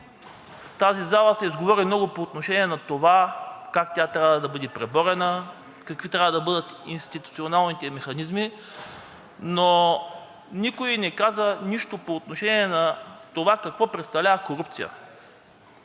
тази зала се изговори много по отношение на това как тя трябва да бъде преборена, какви трябва да бъдат институционалните механизми, но никой не каза нищо по отношение на това какво представлява корупцията.